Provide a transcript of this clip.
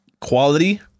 quality